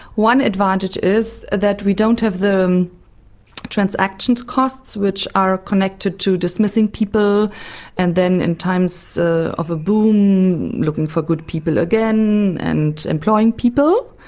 one advantage is that we don't have the transaction costs which are connected to dismissing people and then in times of a boom looking for good people again and employing people,